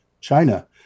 China